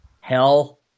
Hell